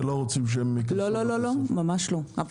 ולא רוצים שהם --- ממש לא,